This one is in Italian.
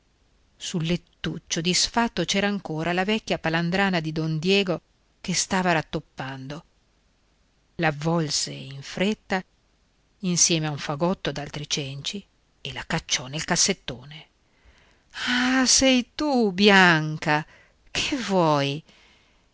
nipote sul lettuccio disfatto c'era ancora la vecchia palandrana di don diego che stava rattoppando l'avvolse in fretta insieme a un fagotto d'altri cenci e la cacciò nel cassettone ah sei tu bianca che vuoi